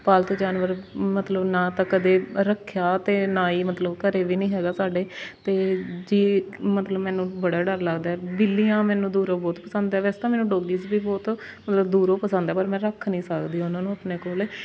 ਪਾਲਤੂ ਜਾਨਵਰ ਮਤਲਬ ਨਾ ਤਾਂ ਕਦੇ ਰੱਖਿਆ ਅਤੇ ਨਾ ਹੀ ਮਤਲਬ ਘਰੇ ਵੀ ਨਹੀਂ ਹੈਗਾ ਸਾਡੇ ਅਤੇ ਜੇ ਮਤਲਬ ਮੈਨੂੰ ਬੜਾ ਡਰ ਲੱਗਦਾ ਬਿੱਲੀਆਂ ਮੈਨੂੰ ਦੂਰੋਂ ਬਹੁਤ ਪਸੰਦ ਆ ਵੈਸੇ ਤਾਂ ਮੈਨੂੰ ਡੋਗੀਸ ਵੀ ਬਹੁਤ ਮਤਲਬ ਦੂਰੋਂ ਪਸੰਦ ਆ ਪਰ ਮੈਂ ਰੱਖ ਨਹੀਂ ਸਕਦੀ ਉਹਨਾਂ ਨੂੰ ਆਪਣੇ ਕੋਲ